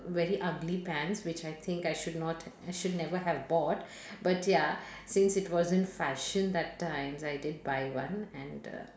very ugly pants which I think I should not I should never have bought but ya since it was in fashion that time I did buy one and uh